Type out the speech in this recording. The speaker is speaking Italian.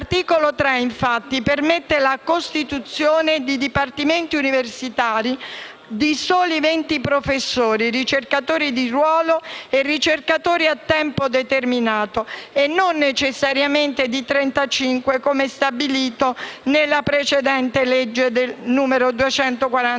L'articolo 3, infatti, permette la costituzione di dipartimenti universitari di soli venti professori, ricercatori di ruolo e ricercatori a tempo determinato (e non necessariamente di 35, come stabilito dalla legge n. 240